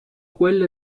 quelle